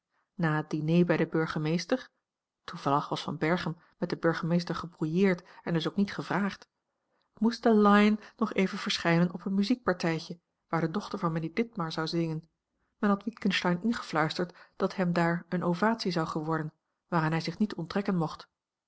na het diner bij den burgemeester toevallig was van berchem met den bnrgemeester gebrouilleerd en dns ook niet gevraagd moest de lion nog even verschijnen op een muziekpartijtje waar de dochter van mijnheer ditmar zou zingen men had witgensteyn ingefluisterd dat hem daar eene ovatie zou geworden waaraan hij zich niet onttrekken mocht